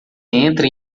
entra